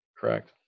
Correct